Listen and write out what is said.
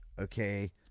Okay